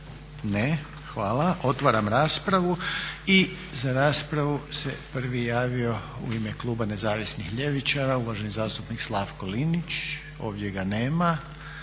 Ne. Hvala. Otvaram raspravu. I za raspravu se prvi javio u ime kluba Nezavisnih ljevičara uvaženi zastupnik Slavko Linić, ovdje ga nema.